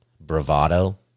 bravado